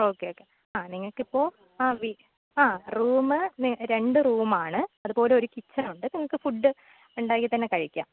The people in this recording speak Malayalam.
ഓക്കെ ഓക്കെ ആ നിങ്ങൾക്ക് ഇപ്പോൾ ആ ആ റൂമ് രണ്ടു റൂമാണ് അതുപോലെ ഒരു കിച്ചൺ ഉണ്ട് നിങ്ങൾക്ക് ഫുഡ് ഉണ്ടാക്കി തന്നെ കഴിക്കാം